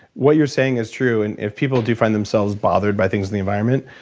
what you're saying is true and if people do find themselves bothered by things in the environment,